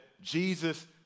Jesus